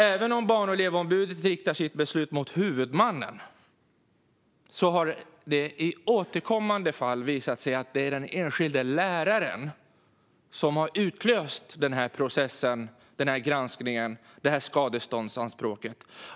Även om Barn och elevombudet riktar sitt beslut mot huvudmannen har det i återkommande fall visat sig att det är den enskilde läraren som har utlöst processen, granskningen och skadeståndsanspråket.